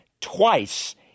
twice